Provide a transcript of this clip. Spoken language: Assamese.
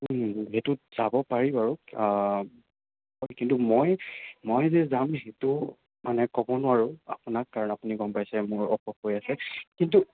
সেইটোত যাব পাৰি বাৰু কিন্তু মই মই যে যাম সেইটো মানে ক'ব নোৱাৰোঁ আপোনাক কাৰণ আপুনি গম পাইছেই মোৰ অসুখ হৈ আছে কিন্তু